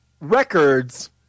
records